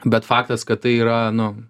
bet faktas kad tai yra nu